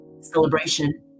celebration